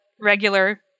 regular